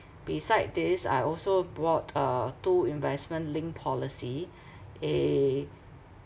beside this I also bought uh two investment-linked policy eh